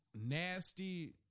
nasty